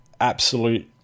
absolute